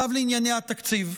עכשיו לענייני התקציב.